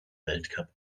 weltcup